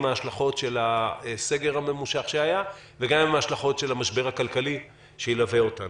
השלכות של הסגר הממושך שהיה וגם עם ההשלכות של המשבר הכלכלי שילווה אותנו.